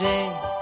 Day